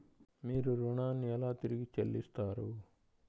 మీరు ఋణాన్ని ఎలా తిరిగి చెల్లిస్తారు?